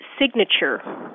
signature